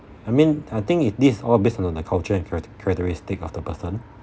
I mean I think is this is all based on the culture and charact~ characteristic of the person